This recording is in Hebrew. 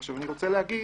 עכשיו אני רוצה להגיד,